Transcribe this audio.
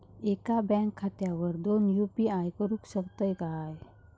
एका बँक खात्यावर दोन यू.पी.आय करुक शकतय काय?